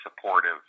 supportive